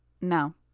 No